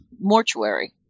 mortuary